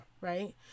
Right